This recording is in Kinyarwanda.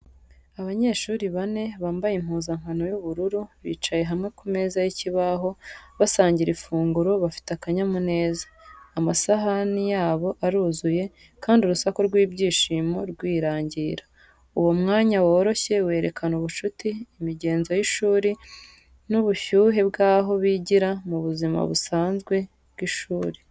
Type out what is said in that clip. Abanyeshuri bane bambaye impuzankano y’ubururu bicaye hamwe ku meza y’ikibaho, basangira ifunguro bafite akanyamuneza. Amasahani yabo aruzuye, kandi urusaku rw’ibyishimo rwirangira. Uwo mwanya woroshye werekana ubucuti, imigenzo y’ishuri, n’ubushyuhe bw’aho bigira, mu buzima busanzwe bw’ishuri.